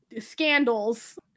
scandals